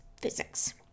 physics